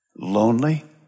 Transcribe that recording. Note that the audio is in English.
Lonely